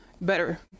Better